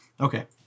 Okay